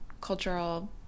cultural